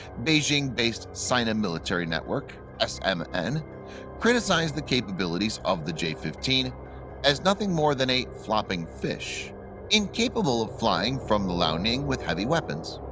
beijing-based sina military network um and criticized the capabilities of the j fifteen as nothing more than a flopping fish incapable of flying from the liaoning with heavy weapons,